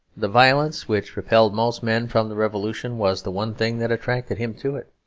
the violence which repelled most men from the revolution was the one thing that attracted him to it.